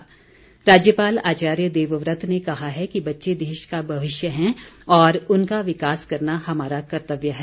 राज्यपाल राज्यपाल आचार्य देवव्रत ने कहा है कि बच्चे देश का भविष्य हैं और उनका विकास करना हमारा कर्तव्य है